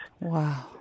Wow